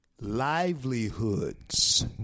livelihoods